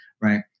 right